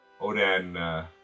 Odin